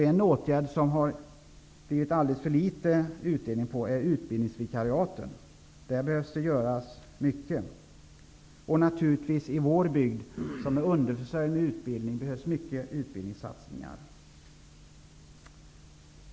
En åtgärd som har givit alldeles för litet utdelning är utbildningsvikariaten. Där behövs det göras mycket. I vår bygd, som är underförsörjd när det gäller utbildning, behövs det naturligtvis stora utbildningssatsningar.